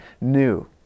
new